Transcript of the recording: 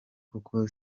koko